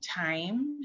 time